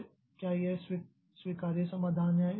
तो क्या यह स्वीकार्य समाधान है